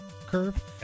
curve